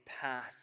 path